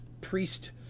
priest